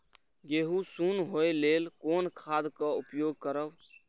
गेहूँ सुन होय लेल कोन खाद के उपयोग करब?